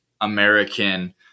American